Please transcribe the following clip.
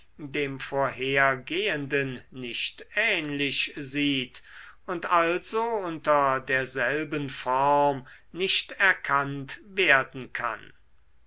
dem vorhergehenden nicht ähnlich sieht und also unter derselben form nicht erkannt werden kann